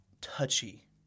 touchy